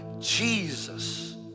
Jesus